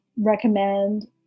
recommend